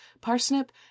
parsnip